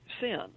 sin